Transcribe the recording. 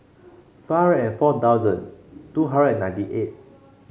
five and four thousand two hundred ninety eight